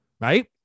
right